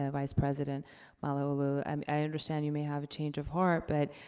ah vice-president malauulu. um i understand you may have a change of heart, but